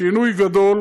שינוי גדול,